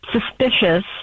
suspicious